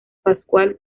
pascual